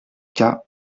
cas